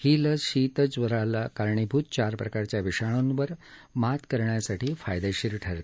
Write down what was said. ही लस शीतज्वराला कारणीभूत चार प्रकारच्या विषाणूवर मात करण्यासाठी फायदेशीर ठरते